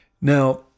Now